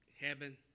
heaven